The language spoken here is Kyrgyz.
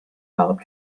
багып